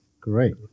Great